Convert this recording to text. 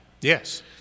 Yes